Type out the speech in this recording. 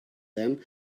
them